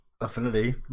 affinity